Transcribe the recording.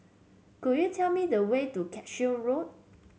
could you tell me the way to Cashew Road